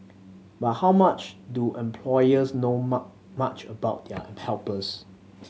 but how much do employers know much about their am helpers